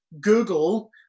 Google